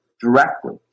directly